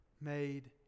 made